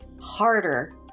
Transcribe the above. harder